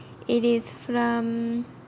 it is from